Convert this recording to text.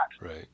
Right